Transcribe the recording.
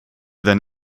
then